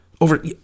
over